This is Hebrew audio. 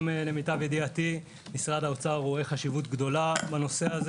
אנחנו יודעים על מגבלות של רשת ההולכה,